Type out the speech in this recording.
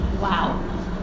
Wow